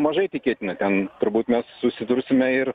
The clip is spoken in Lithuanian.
mažai tikėtina ten turbūt mes susidursime ir